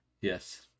Yes